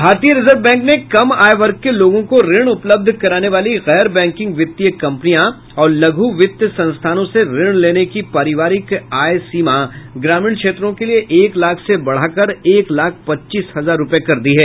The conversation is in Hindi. भारतीय रिजर्व बैंक ने कम आय वर्ग के लोगों को ऋण उपलब्ध कराने वाली गैर बैंकिंग वित्तीय कंपनियां और लघु वित्त संस्थानों से ऋण लेने की पारिवारिक आय सीमा ग्रामीण क्षेत्रों के लिए एक लाख से बढ़ाकर एक लाख पच्चीस हजार रूपये कर दी है